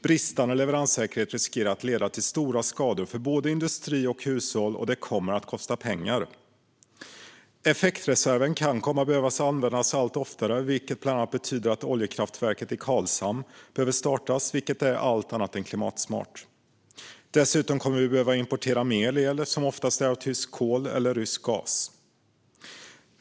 Bristande leveranssäkerhet riskerar att leda till stora skador för både industri och hushåll, och det kommer att kosta pengar. Effektreserven kan komma att behöva användas allt oftare. Det betyder bland annat betyder att oljekraftverket i Karlshamn behöver startas, vilket är allt annat än klimatsmart. Dessutom kommer vi att behöva importera mer el, ofta från tyskt kol eller rysk gas.